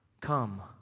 come